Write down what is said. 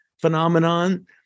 phenomenon